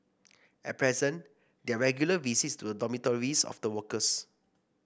at present there are regular visits to the dormitories of the workers